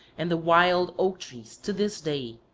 and the wild oak-trees to this day,